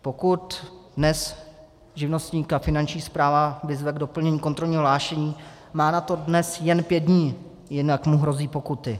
Pokud dnes živnostníka Finanční správa vyzve k doplnění kontrolního hlášení, má na to dnes jen pět dní, jinak mu hrozí pokuty.